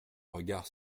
regards